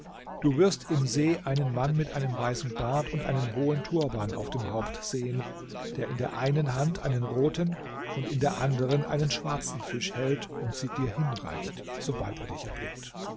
du wirst im see einen mann mit einem weißen bart und einem hohen turban auf dem haupt sehen der in der einen hand einen roten und in der anderen einen schwarzen fisch hält und sie dir hinreicht sobald er dich erblickt